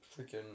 freaking